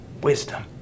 wisdom